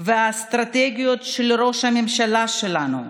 והאסטרטגיות של ראש הממשלה שלנו,